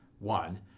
One